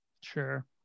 Sure